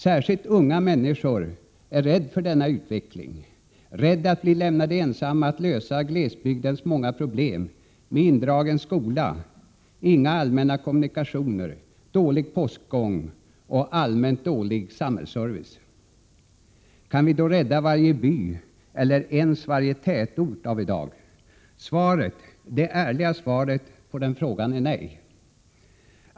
Särskilt unga människor är rädda för denna utveckling, rädda att bli lämnade ensamma att lösa glesbygdens många problem med indragen skola, inga allmänna kommunikationer, dålig postgång och allmänt dålig samhällsservice. Kan vi då rädda varje by eller ens varje tätort av i dag? Svaret — det ärliga svaret — på den frågan är nej.